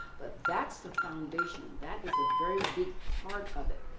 but that's the foundation, that is a very big part of it.